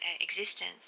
existence